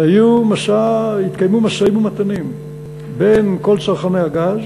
והתקיימו משאים-ומתנים בין כל צרכני הגז